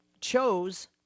chose